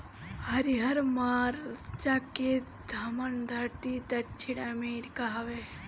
हरिहर मरचा के जनमधरती दक्षिण अमेरिका हवे